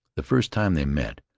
the first time they met,